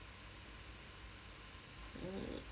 mm